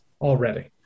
already